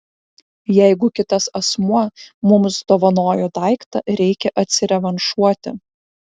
jeigu kitas asmuo mums dovanojo daiktą reikia atsirevanšuoti